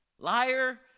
Liar